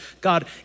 God